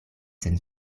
sen